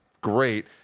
great